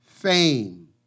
fame